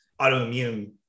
autoimmune